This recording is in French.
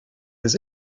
des